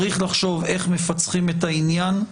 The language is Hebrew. צריך לחשוב איך מפצחים את העניין הזה.